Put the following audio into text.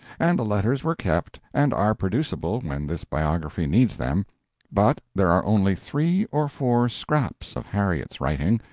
and the letters were kept and are producible when this biography needs them but there are only three or four scraps of harriet's writing,